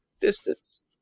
distance